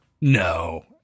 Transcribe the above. No